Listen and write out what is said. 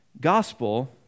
gospel